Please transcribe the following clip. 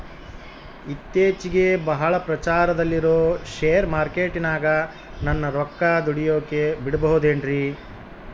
ಇತ್ತೇಚಿಗೆ ಬಹಳ ಪ್ರಚಾರದಲ್ಲಿರೋ ಶೇರ್ ಮಾರ್ಕೇಟಿನಾಗ ನನ್ನ ರೊಕ್ಕ ದುಡಿಯೋಕೆ ಬಿಡುಬಹುದೇನ್ರಿ?